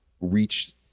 reach